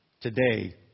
Today